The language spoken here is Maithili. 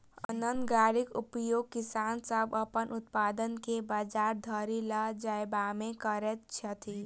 अन्न गाड़ीक उपयोग किसान सभ अपन उत्पाद के बजार धरि ल जायबामे करैत छथि